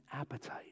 appetite